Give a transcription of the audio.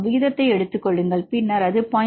விகிதத்தை எடுத்துக் கொள்ளுங்கள் பின்னர் அது 0